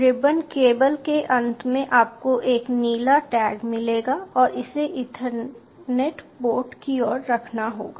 ribbon cable के अंत में आपको एक नीला टैग मिलेगा और उसे ईथरनेट पोर्ट की ओर रखना होगा